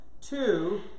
Two